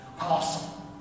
Awesome